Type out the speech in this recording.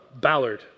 Ballard